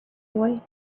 boy